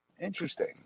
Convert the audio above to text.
Interesting